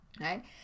Right